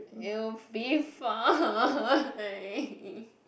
it'll be fine